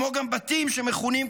כמו גם בתים שמכונים,